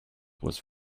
was